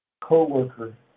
co-worker